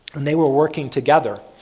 and they were working together.